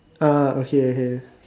ah okay okay